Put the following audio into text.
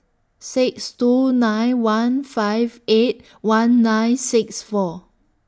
six two nine one five eight one nine six four